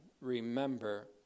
remember